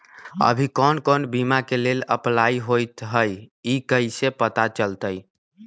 अभी कौन कौन बीमा के लेल अपलाइ होईत हई ई कईसे पता चलतई?